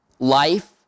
life